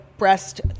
breast